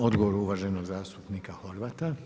Odgovor uvaženog zastupnika Horvata.